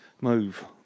move